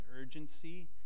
urgency